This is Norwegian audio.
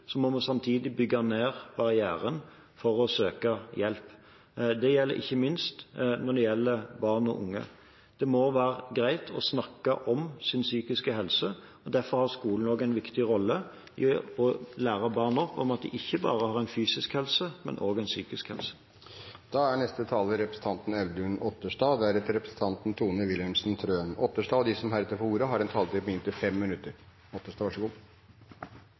må vi samtidig bygge ned barrieren for å søke hjelp. Det gjelder ikke minst for barn og unge. Det må være greit å snakke om ens psykiske helse. Derfor har også skolen en viktig rolle i å lære barn at de ikke bare har en fysisk helse, men også en psykisk helse. Tusen takk til representanten Kjenseth for en veldig god og viktig interpellasjon, som reiser en betimelig og